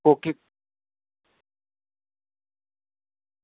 कोह्की